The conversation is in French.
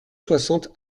soixante